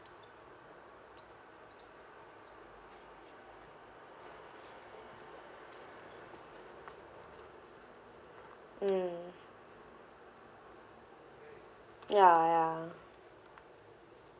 mm ya ya